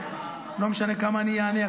כי לא משנה כמה אני אענה,